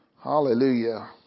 Hallelujah